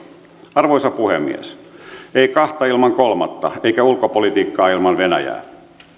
arvoisa puhemies ei kahta ilman kolmatta eikä ulkopolitiikkaa ilman venäjää